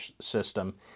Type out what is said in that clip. system